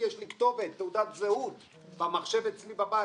כתובת, תעודת זהות במחשב אצלי בבית.